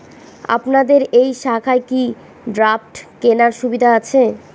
আপনাদের এই শাখায় কি ড্রাফট কেনার সুবিধা আছে?